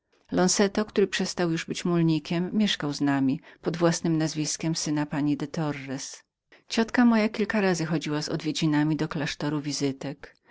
lonzeto który przestał już być mulnikiem mieszkał z nami pod własnem nazwiskiem syna pani de torres ciotka moja kilka razy chodziła z odwiedzinami do klasztoru